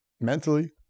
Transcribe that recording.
Mentally